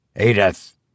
Edith